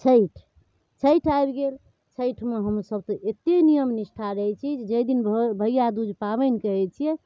छठि छठि आबि गेल छठिमे हमरासभके एतेक नियम निष्ठा रहै छै जाहिदिन घर भैआदूज पाबनि कहै छिए